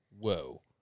whoa